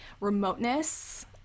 remoteness